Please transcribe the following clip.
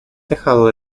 tejado